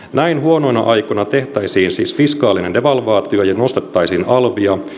näin huonoina aikoina tehtäisiin siis fiskaalinen devalvaatio ja nostettaisiin alvia